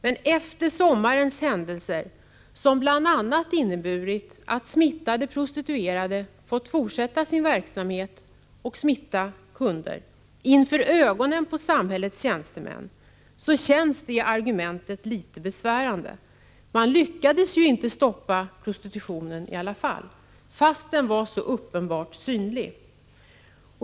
Men efter sommarens händelser, som bl.a. inneburit att smittade prostituerade fått fortsätta sin verksamhet och smitta kunder inför ögonen på samhällets tjänstemän, känns det argumentet litet besvärande. Man lyckades inte stoppa prostitutionen i alla fall, trots att den var så uppenbart synlig.